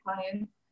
clients